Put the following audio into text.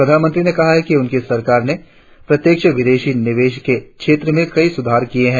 प्रधानमंत्री ने कहा कि उनकी सरकार ने प्रत्यक्ष विदेशी निवेश के क्षेत्र में कई सुधार किए है